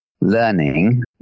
learning